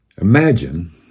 Imagine